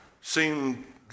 seem